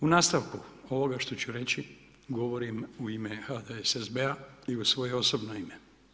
U nastavku ovoga što ću reći govorim u ime HDSSB-a i u svoje osobno ime.